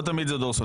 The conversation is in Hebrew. לא תמיד זה דורסנות.